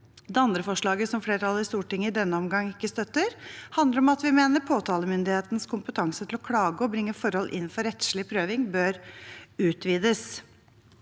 Det andre forslaget som flertallet i Stortinget i denne omgang ikke støtter, handler om at vi mener påtalemyndighetens kompetanse til å klage og bringe forhold inn for rettslig prøving bør utvides.